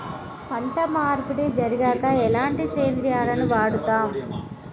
పంట మార్పిడి జరిగాక ఎలాంటి సేంద్రియాలను వాడుతం?